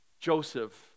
Joseph